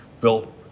built